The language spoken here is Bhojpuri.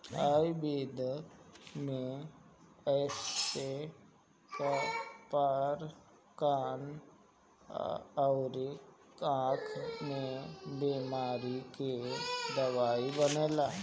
आयुर्वेद में एसे कपार, कान अउरी आंख के बेमारी के दवाई बनेला